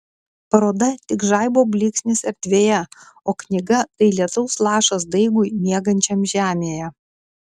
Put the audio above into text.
paroda tik žaibo blyksnis erdvėje o knyga tai lietaus lašas daigui miegančiam žemėje